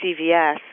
CVS